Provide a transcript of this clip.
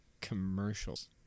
commercials